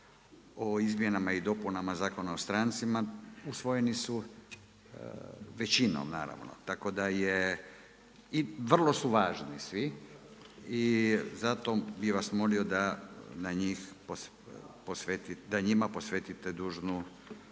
o izmjenama i dopunama Zakona o strancima, usvojeni su većinom, naravno, tako da je, i vrlo su važni svi, zato bih vas molio da njima posvetite dužnu